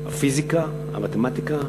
הפיזיקה, המתמטיקה,